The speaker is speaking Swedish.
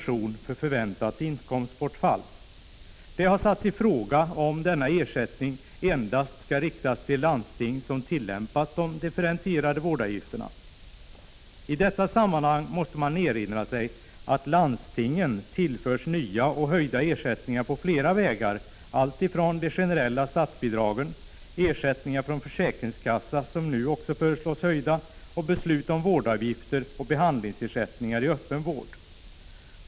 inkomstbortfall. Det har satts i fråga om denna ersättning endast skall riktas till landsting som tillämpat de differentierade vårdavgifterna. I detta sammanhang måste man erinra sig att landstingen tillförs nya och höjda ersättningar på flera vägar, alltifrån de generella statsbidragen och ersättningar från försä ringskassa, som nu också föreslås höjda, till vårdavgifter och behandlingsersättningar i öppen vård.